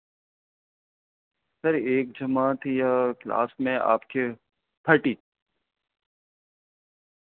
سر ایک جماعت یا کلاس میں آپ کے تھرٹی